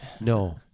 no